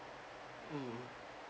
mm